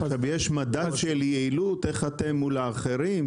עכשיו יש מדד של יעילות איך אתם מול האחרים?